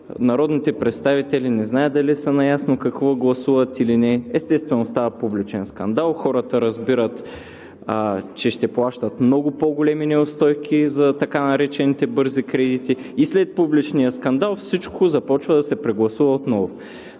народните представители не знаят дали са наясно какво гласуват или не. Естествено, става публичен скандал, хората разбират, че ще плащат много по-големи неустойки за така наречените бързи кредити. След публичния скандал всичко започва да се прегласува отново.